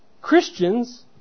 Christians